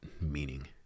meaning